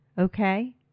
okay